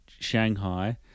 Shanghai